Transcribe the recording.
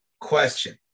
question